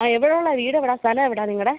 ആ എവിടെയുള്ള വീട് എവിടെയാണ് സ്ഥലം എവിടെയാണ് നിങ്ങളുടെ